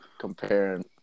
Comparing